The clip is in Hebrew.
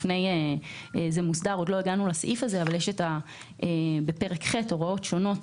זה מוסדר בפרק ח' הוראות שונות,